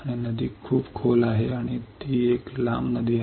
आणि नदी खूप खोल आहे आणि ती एक लांब नदी आहे